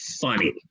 funny